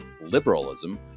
liberalism